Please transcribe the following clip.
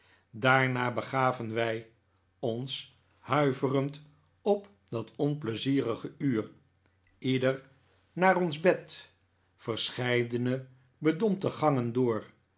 daarna begaven wij ons huiverend op dat onpleizierige uur ieder naar ons bed verscheidene bedompte gangen door